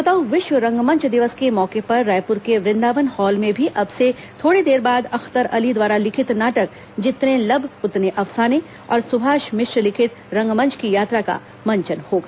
श्रोताओं विश्व रंगमंच दिवस के मौके पर रायप्र के वृदावन हॉल में भी अब से थोड़ी देर बाद अख्तर अली द्वारा लिखित नाटक जीतने लब उतने अफसाने और सुभाष मिश्र लिखित रगमंच की यात्रा का मंचन होगा